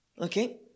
Okay